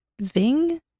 ving